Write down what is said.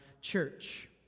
church